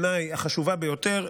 החשובה ביותר,